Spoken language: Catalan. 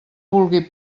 vulgui